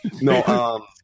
no